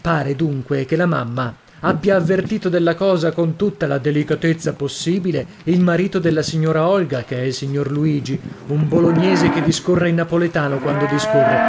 pare dunque che la mamma abbia avvertito della cosa con tutta la delicatezza possibile il marito della signora olga che è il signor luigi un bolognese che discorre in napoletano quando discorre